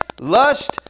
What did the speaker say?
lust